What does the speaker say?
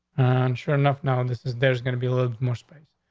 sure enough. now, and this is there's gonna be a little more space.